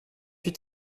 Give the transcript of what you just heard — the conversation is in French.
huit